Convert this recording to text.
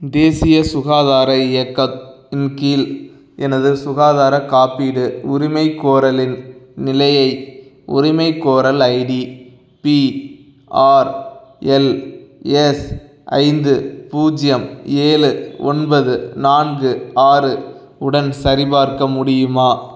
தேசிய சுகாதார இயக்க இன் கீழ் எனது சுகாதார காப்பீடு உரிமைகோரலின் நிலையை உரிமைகோரல் ஐடி பிஆர்எல்எஸ் ஐந்து பூஜ்ஜியம் ஏழு ஒன்பது நான்கு ஆறு உடன் சரிபார்க்க முடியுமா